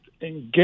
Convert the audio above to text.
Engage